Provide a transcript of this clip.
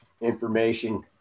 information